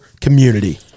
community